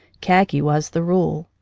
khaki was the rule,